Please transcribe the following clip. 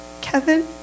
Kevin